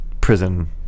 prison